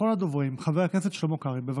אחרון הדוברים, חבר הכנסת שלמה קרעי, בבקשה,